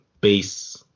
base